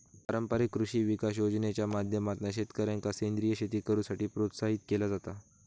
पारंपारिक कृषी विकास योजनेच्या माध्यमातना शेतकऱ्यांका सेंद्रीय शेती करुसाठी प्रोत्साहित केला जाता